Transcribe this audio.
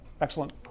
Excellent